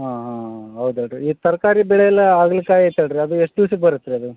ಹಾಂ ಹಾಂ ಹಾಂ ಹೌದಲ್ಲ ರೀ ಈ ತರಕಾರಿ ಬೆಳೆಯೆಲ್ಲ ಹಾಗಲ್ಕಾಯಿ ಐತಲ್ಲ ರೀ ಅದು ಎಷ್ಟು ದಿವ್ಸಕ್ಕೆ ಬರತ್ತೆ ರೀ ಅದು